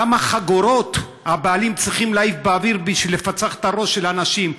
כמה חגורות הבעלים צריכים להעיף באוויר בשביל לפצח את הראש של הנשים?